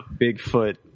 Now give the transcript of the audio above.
Bigfoot